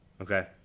Okay